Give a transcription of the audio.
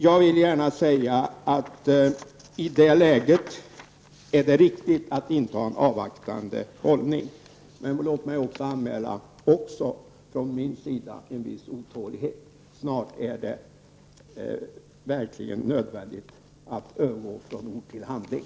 Jag vill gärna säga att det i det läget är riktigt att inta en avvaktande hållning. Men låt mig även anmäla en viss otålighet. Snart är det verkligen nödvändigt att övergå från ord till handling.